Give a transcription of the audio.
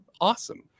awesome